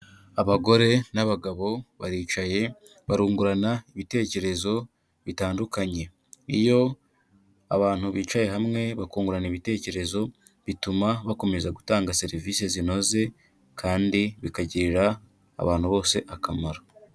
Abagore n'abagabo baricaye barungurana ibitekerezo bitandukanye, iyo abantu bicaye hamwe bakungurana ibitekerezo bituma bakomeza gutanga serivisi zinoze kandi bikagirira abantu bose akamaro.